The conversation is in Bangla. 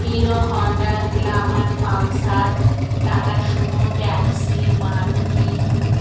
hero Honda Glamour Pulsar Tata Sumo taxi Maruti